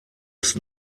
ist